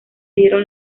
dieron